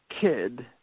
kid